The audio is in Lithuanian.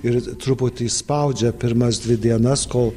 ir truputį spaudžia pirmas dvi dienas kol